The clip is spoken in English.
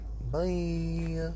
Bye